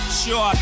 sure